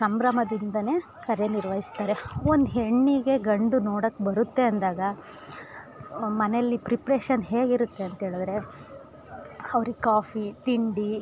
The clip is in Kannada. ಸಂಭ್ರಮದಿಂದನೇ ಕರೆ ನಿರ್ವಹಿಸ್ತಾರೆ ಒಂದು ಹೆಣ್ಣಿಗೆ ಗಂಡು ನೋಡೋಕೆ ಬರುತ್ತೆ ಅಂದಾಗ ಮನೆಯಲ್ಲಿ ಪ್ರಿಪ್ರೇಶನ್ ಹೇಗಿರುತ್ತೆ ಅಂತೆಳಿದ್ರೆ ಅವ್ರಿಗೆ ಕಾಫಿ ತಿಂಡಿ